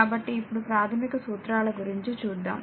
కాబట్టి ఇప్పుడు ప్రాథమిక సూత్రాల గురించి చూద్దాం